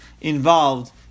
involved